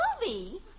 movie